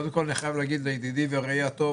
קודם כל אני חייב להגיד לידידי ורעי הטוב,